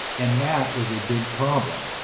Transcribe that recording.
and that is a big problem!